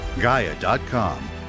Gaia.com